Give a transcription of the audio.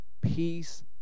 peace